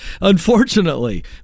unfortunately